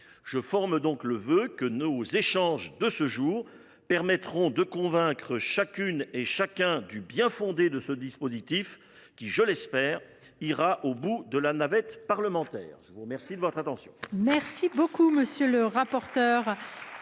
Je forme donc le vœu que nos échanges, ce jour, permettront de convaincre chacun et chacune du bien fondé de ce dispositif, qui, je l’espère, ira au bout de la navette parlementaire. La parole est à M.